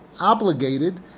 obligated